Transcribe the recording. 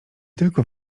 tylko